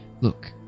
look